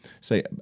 say